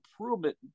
improvement